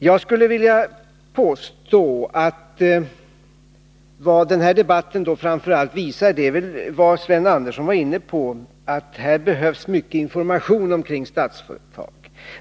Jag skulle vilja påstå att vad denna debatt framför allt visar är det som Sven Andersson var inne på, nämligen att det behövs mycket information omkring Statsföretag.